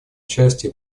участие